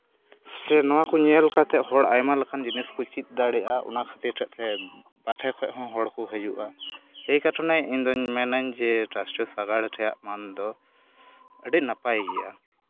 ᱥᱮ ᱱᱚᱣᱟ ᱠᱚ ᱧᱮᱞ ᱠᱟᱛᱮᱫ ᱦᱚᱸ ᱦᱚᱲ ᱟᱭᱢᱟ ᱞᱮᱠᱟᱱ ᱡᱤᱱᱤᱥ ᱠᱚ ᱪᱮᱫ ᱫᱟᱲᱮᱭᱟᱜᱼᱟ ᱚᱱᱟ ᱠᱷᱟᱹᱛᱤᱨᱟᱜ ᱛᱮ ᱢᱟᱴᱷᱮ ᱠᱷᱚᱱ ᱦᱚᱸ ᱦᱚᱲ ᱠᱚ ᱦᱤᱡᱩᱜᱼᱟ ᱮᱭ ᱠᱟᱨᱚᱱᱮ ᱤᱧᱫᱚᱧ ᱢᱮᱱᱟᱹᱧ ᱡᱮ ᱨᱟᱥᱴᱨᱤᱭᱚ ᱥᱟᱸᱜᱟᱲ ᱨᱮᱭᱟᱜ ᱢᱟᱹᱱ ᱫᱚ ᱟᱹᱰᱤ ᱱᱟᱯᱟᱭ ᱜᱮᱭᱟ